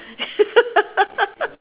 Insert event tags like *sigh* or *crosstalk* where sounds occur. *laughs*